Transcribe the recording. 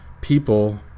people